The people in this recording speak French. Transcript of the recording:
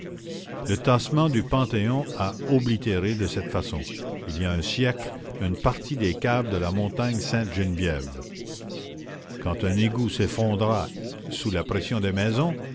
le tassement du panthéon a oblitéré de cette façon il y a un siècle une partie des caves de la montagne sainte-geneviève quand un égout s'effondrait sous la pression des maisons